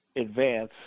advance